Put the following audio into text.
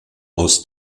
aus